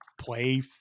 play